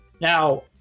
now